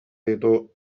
ditu